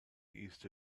east